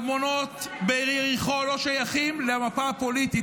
והארמונות בעיר יריחו לא שייכים למפה הפוליטית.